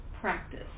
practice